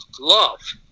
Love